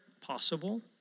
possible